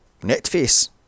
netface